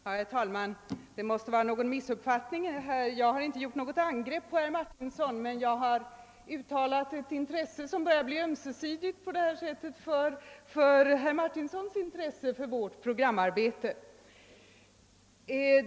Herr talman! Det måste föreligga en missuppfattning. Jag har nämligen inte gjort något angrepp mot herr Martinsson men jag har uttalat ett intresse, som på detta sätt börjar bli ömsesidigt, för herr Martinssons intresse för vårt programarbete.